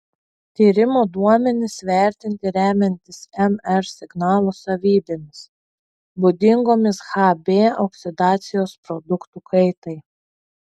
tyrimo duomenys vertinti remiantis mr signalo savybėmis būdingomis hb oksidacijos produktų kaitai